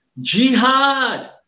Jihad